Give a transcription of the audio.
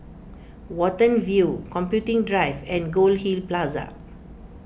Watten View Computing Drive and Goldhill Plaza